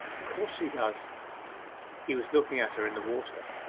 of course he does he was looking at her in the water.